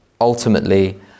Ultimately